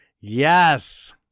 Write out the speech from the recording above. Yes